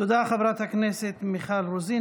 תודה, חברת הכנסת מיכל רוזין.